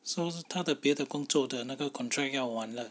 so 他的别的工作的那个 contract 要完了